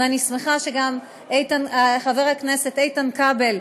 ואני שמחה שגם חבר הכנסת איתן כבל,